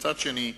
מצד שני,